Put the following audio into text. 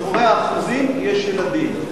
מאחורי האחוזים יש ילדים.